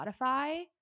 Spotify